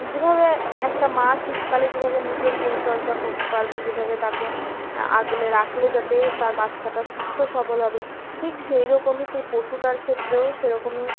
যেভাবে একটা মা শীতকালে যেভাবে নিজের পরিচর্যা করতে পারবে যেভাবে তাকে আগলে রাখলে যাতে তার বাচ্চাটা সুস্থ সবল হবে ঠিক সেই রকমই সেই পশুটার ক্ষেত্রেও সেরকমই